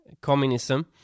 communism